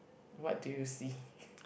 what do you see